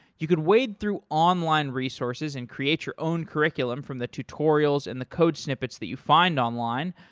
you could wade through online resources and create your own curriculum from the tutorials and the code snippets that you find online,